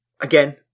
Again